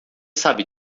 sabe